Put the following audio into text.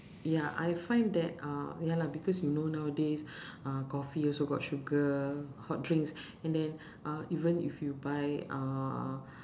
ya I find that uh ya lah because you know nowadays uh coffee also got sugar hot drinks and then uh even if you buy uh